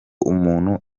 umuntu